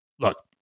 Look